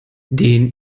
den